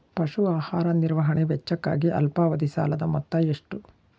ಪಶು ಆಹಾರ ನಿರ್ವಹಣೆ ವೆಚ್ಚಕ್ಕಾಗಿ ಅಲ್ಪಾವಧಿ ಸಾಲದ ಮೊತ್ತ ಎಷ್ಟು?